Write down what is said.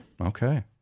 Okay